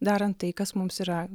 darant tai kas mums yra